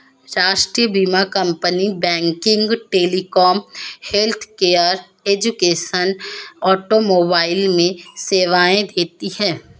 राष्ट्रीय बीमा company banking, telecom, healthcare, education, automobile में सेवाएं देती है